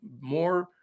more